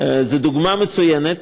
זו דוגמה מצוינת